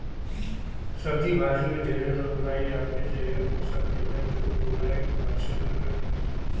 सब्जी भाजी मे ढेरे रोग राई आथे जेहर फसल के होए हुवाए के पाछू मे आतिस